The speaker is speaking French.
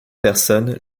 personne